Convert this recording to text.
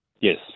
Yes